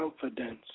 confidence